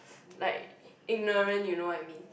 like ignorant you know I mean